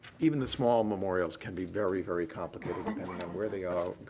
even the small memorials can be very, very complicated, and where they are,